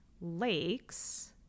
lakes